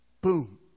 boom